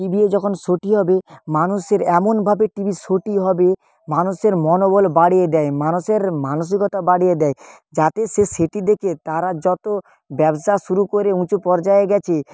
টি ভিয়ে যখন শোটি হবে মানুষের এমনভাবে টি ভির শোটি হবে মানুষের মনোবল বাড়িয়ে দেয় মানুষের মানসিকতা বাড়িয়ে দেয় যাতে সে সেটি দেখে তারা যত ব্যবসা শুরু করে উঁচু পর্যায়ে গেছে